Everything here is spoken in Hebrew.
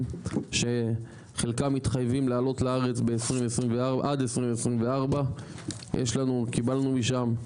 שחלקם מתחייבים לעלות לארץ עד 2024. קיבלנו משם,